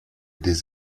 des